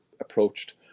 approached